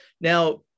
Now